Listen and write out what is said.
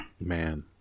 Man